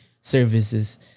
services